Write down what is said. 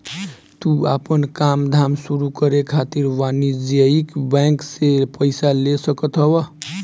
तू आपन काम धाम शुरू करे खातिर वाणिज्यिक बैंक से पईसा ले सकत हवअ